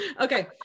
Okay